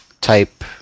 type